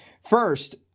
First